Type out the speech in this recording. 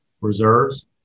reserves